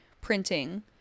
printing